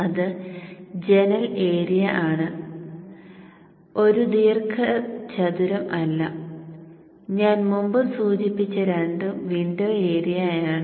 അത് ജനൽ ഏരിയ ആണ് ഒരു ദീർഘചതുരം അല്ല ഞാൻ മുമ്പ് സൂചിപ്പിച്ച രണ്ടും വിൻഡോ ഏരിയയാണ്